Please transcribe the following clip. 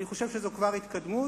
אני חושב שזו כבר התקדמות,